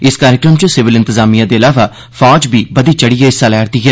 इस कार्यक्रम च सिविल इंतजामिया दे अलावा फौज बी बधी चढ़ियै हिस्सा लै'रदी ऐ